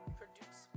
produce